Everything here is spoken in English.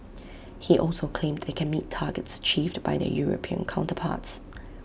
he also claimed they can meet targets achieved by their european counterparts